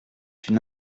une